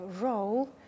role